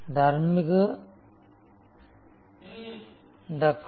ధన్యవాదాలు